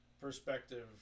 perspective